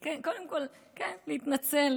כן, קודם כול, כן, להתנצל.